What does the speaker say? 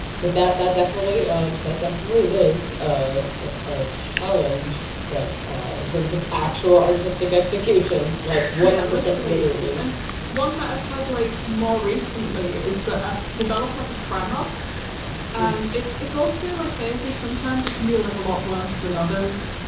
but that that definitely um that definitely is a ah ah challenge in terms of actual artistic execution. like one hundred um percent literally. and one that i've had like more recently is that i've developed like a tremor and it it goes through like phases. sometimes it can be like a lot worse than others,